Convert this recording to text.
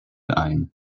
ein